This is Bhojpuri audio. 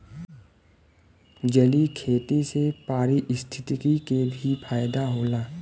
जलीय खेती से पारिस्थितिकी के भी फायदा होला